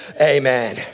amen